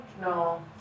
No